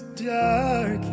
dark